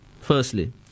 Firstly